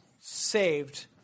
saved